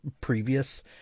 previous